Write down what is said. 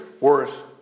worse